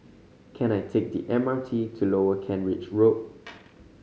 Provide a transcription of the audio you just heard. can I take the M R T to Lower Kent Ridge Road